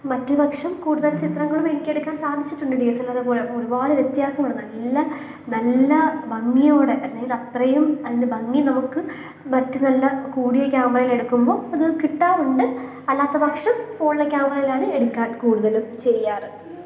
മറ്റ് പക്ഷം കൂടുതല് ചിത്രങ്ങളും എനിക്ക് എടുക്കാന് സാധിച്ചിട്ടുണ്ട് ഡി എസ് എല് ആറ് പോലെ ഒരുപാട് വ്യത്യാസമാണ് നല്ല നല്ല ഭംഗിയോടെ അല്ലെങ്കിൽ അത്രയും അതിന്റെ ഭംഗി നമുക്ക് മറ്റ് നല്ല കൂടിയ ക്യാമറയിൽ എടുക്കുമ്പോൾ അത് കിട്ടാറുണ്ട് അല്ലാത്ത പക്ഷം ഫോണിലെ ക്യാമറയിലാണ് എടുക്കാറുള്ളത് കൂടുതലും ചെയ്യാറുള്ളത്